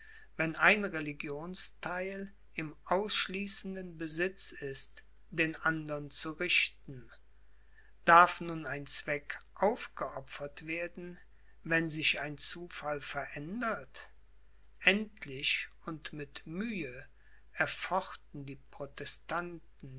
wenn ein religionstheil im ausschließenden besitz ist den andern zu richten darf nun ein zweck aufgeopfert werden wenn sich ein zufall verändert endlich und mit mühe erfochten die protestanten